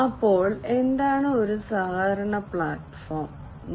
അപ്പോൾ എന്താണ് ഒരു സഹകരണ പ്ലാറ്റ്ഫോം